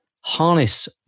harness